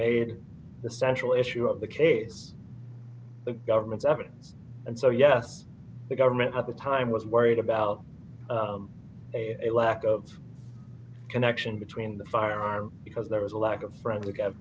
made the central issue of the case the government's evidence and so yes the government at the time was worried about a lack of connection between the firearm because there was a lack of friend